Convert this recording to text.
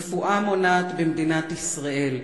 רפואה מונעת במדינת ישראל,